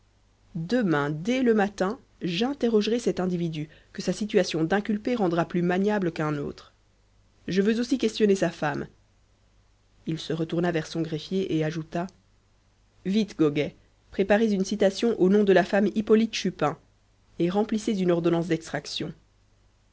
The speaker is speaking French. demain dès le matin j'interrogerai cet individu que sa situation d'inculpé rendra plus maniable qu'un autre je veux aussi questionner sa femme il se retourna vers son greffier et ajouta vite goguet préparez une citation au nom de la femme hippolyte chupin et remplissez une ordonnance d'extraction